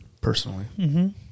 personally